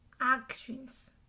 actions